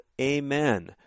AMEN